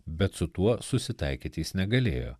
bet su tuo susitaikyti jis negalėjo